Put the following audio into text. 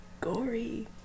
gory